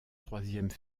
troisième